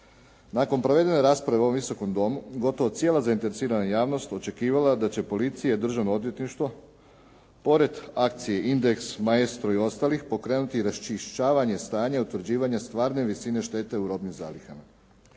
Nakon provedene rasprave u ovom Visokom domu gotovo cijela zainteresirana javnost je očekivala da će policija i državno odvjetništvo, pored akcije Indeks, Maestro i ostalih, pokrenuti i raščišćavanje stanja i utvrđivanja stvarne visine štete u robnim zalihama.